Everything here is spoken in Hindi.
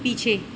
पीछे